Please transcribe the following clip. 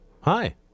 Hi